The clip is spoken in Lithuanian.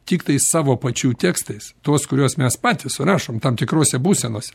tiktai savo pačių tekstais tuos kuriuos mes patys rašom tam tikrose būsenose